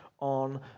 on